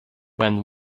when